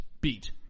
beat